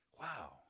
Wow